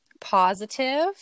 positive